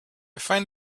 find